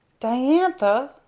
diantha!